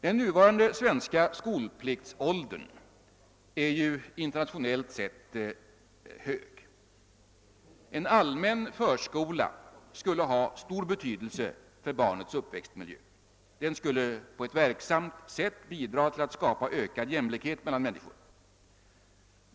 Den nuvarande svenska skolpliktsåldern är ju internationellt sett hög. En allmän förskola skulle ha stor betydelse för barnets uppväxtmiljö. Den skulle på ett verksamt sätt bidra till att skapa ökad jämlikhet mellan människor.